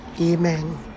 Amen